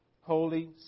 Holy